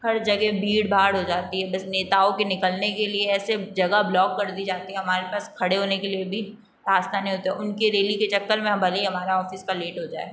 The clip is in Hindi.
हर जगह भीड़ भाड़ हो जाती है बस नेताओं के निकलने के लिए ऐसे जगह ब्लॉक कर दी जाती है हमारे पास खड़े होने के लिए भी रास्ता नहीं होता है उनके रैली के चक्कर में हमें भले ही हमारे ऑफ़िस का लेट हो जाए